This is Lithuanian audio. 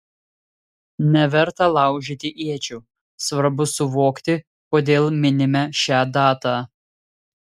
neverta laužyti iečių svarbu suvokti kodėl minime šią datą